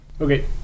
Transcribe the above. okay